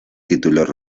títulos